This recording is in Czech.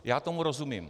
Já tomu rozumím.